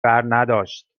برنداشت